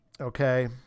okay